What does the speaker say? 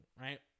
right